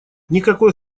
никакой